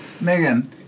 Megan